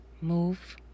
move